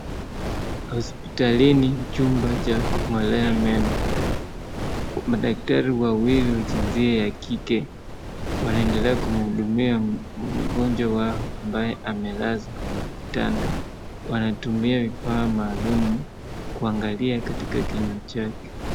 Hospitalini chumba cha kung'olea meno, madaktari wawili wa jinsia ya kike wanaendelea kumhudumia mgonjwa wao ambaye amelazwa kwenye kitanda, wanatumia vifaa maalum kuangalia katika kinywa chake.